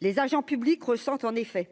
les agents publics ressentent en effet